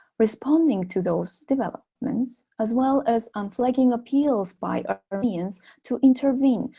responding to those developments as well as unflagging appeals by armenians to intervene,